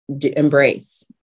embrace